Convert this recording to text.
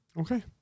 Okay